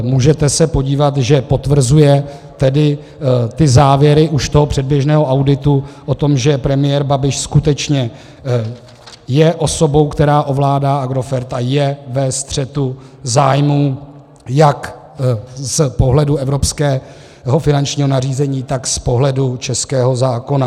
Můžete se podívat, že potvrzuje tedy závěry už toho předběžného auditu o tom, že premiér Babiš skutečně je osobou, která ovládá Agrofert a je ve střetu zájmů jak z pohledu evropského finančního nařízení, tak z pohledu českého zákona.